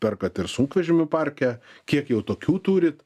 perkat ir sunkvežimių parke kiek jau tokių turit